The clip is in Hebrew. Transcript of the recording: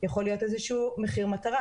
יכול להיות איזשהו מחיר מטרה,